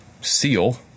Seal